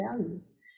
values